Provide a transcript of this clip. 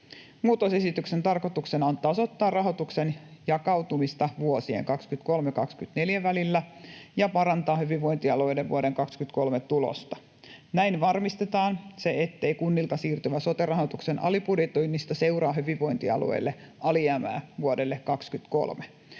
Muutosesityksen tarkoituksena on tasoittaa rahoituksen jakautumista vuosien 23—24 välillä ja parantaa hyvinvointialueiden vuoden 23 tulosta. Näin varmistetaan se, ettei kunnilta siirtyvän sote-rahoituksen alibudjetoinnista seuraa hyvinvointialueille alijäämää vuodelle 23.